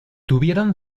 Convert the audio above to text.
tuvieron